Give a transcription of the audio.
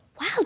wow